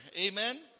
Amen